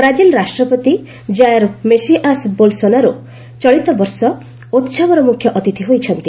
Brazil ରାଷ୍ଟ୍ରପତି Jair Messias Bolsonaro ଚଳିତ ବର୍ଷ ଉତ୍ସବର ମୁଖ୍ୟ ଅତିଥି ହୋଇଛନ୍ତି